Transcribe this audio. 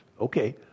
Okay